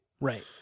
Right